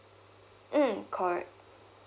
mm correct